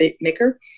maker